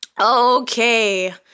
Okay